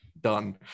done